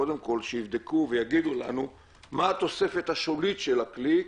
קודם כל שיבדקו ויגידו לנו מה התוספת השולית של הכלי,